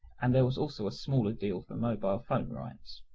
and there was also a smaller deal for mobile phone rights.